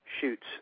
shoots